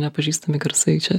nepažįstami garsai čia